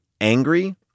angry